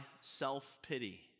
self-pity